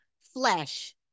flesh